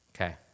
okay